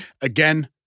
Again